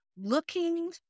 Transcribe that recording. looking